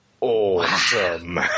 Awesome